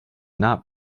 not